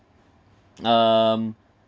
um